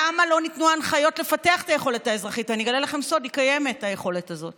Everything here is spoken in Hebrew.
למה לא ניתנו הנחיות לפתח את היכולת האזרחית?